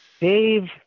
Dave